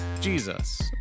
Jesus